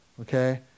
Okay